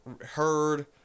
heard